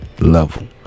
level